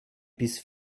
bis